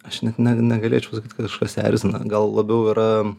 aš net ne negalėčiau pasakyt kad kažkas erzina gal labiau yra